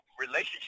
relationship